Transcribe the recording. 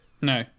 No